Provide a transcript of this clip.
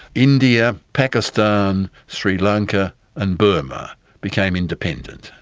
india, pakistan, sri lanka and burma became independent.